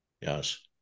Yes